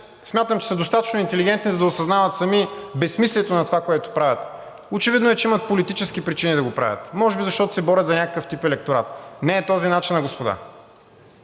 смятам, че са достатъчно интелигентни, за да осъзнават сами безсмислието на това, което правят. Очевидно е, че имат политически причини да го правят. Може би, защото се борят за някакъв тип електорат. Не е този начинът, господа,